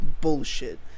bullshit